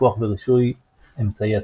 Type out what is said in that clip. פיקוח ורישוי אמצעי הצפנה.